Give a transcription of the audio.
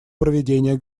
проведения